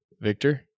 Victor